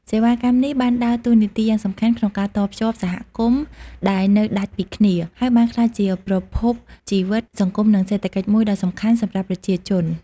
សេវាកម្មនេះបានដើរតួនាទីយ៉ាងសំខាន់ក្នុងការតភ្ជាប់សហគមន៍ដែលនៅដាច់ពីគ្នា ហើយបានក្លាយជាប្រភពជីវិតសង្គមនិងសេដ្ឋកិច្ចមួយដ៏សំខាន់សម្រាប់ប្រជាជន។